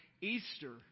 Easter